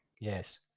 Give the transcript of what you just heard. Yes